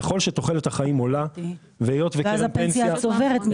ככל שתוחלת החיים עולה והיות וקרן פנסיה --- ואז הפנסיה צוברת.